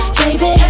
baby